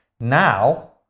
Now